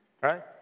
right